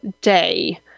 day